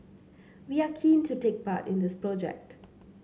we are keen to take part in this project